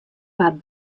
waard